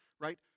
Right